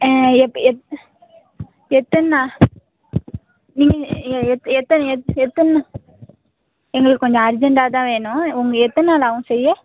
எப்ப எப்ப எத்தனை நாள் நீங்கள் எத்தனை நாள் எங்களுக்கு கொஞ்சம் அர்ஜண்ட்டாக தான் வேணும் உங்கள் எத்தனை நாள் ஆகும் செய்ய